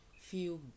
feel